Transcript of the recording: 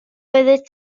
oeddet